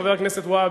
חבר הכנסת והבה,